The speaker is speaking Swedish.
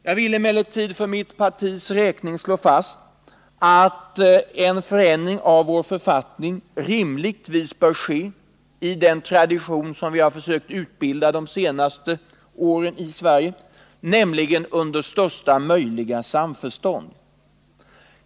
Jag vill emellertid slå fast att en förändring av vår författning rimligtvis bör ske enligt den tradition som vi har försökt utbilda i Sverige de senaste åren, nämligen under största möjliga samförstånd.